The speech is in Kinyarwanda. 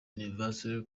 universe